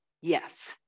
yes